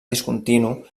discontinu